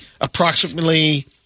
Approximately